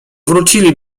wrócili